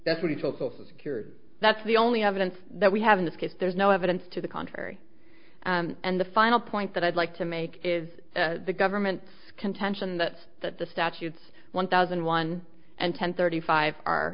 that's what he told social security that's the only evidence that we have in this case there's no evidence to the contrary and the final point that i'd like to make is the government contention that the statutes one thousand one and ten thirty five are